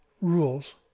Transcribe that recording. Rules